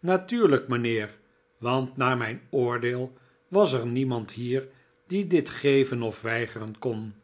natuurlijk mijnheer want naar mijn oordeel was er niemand hier die dit geven of weigeren kon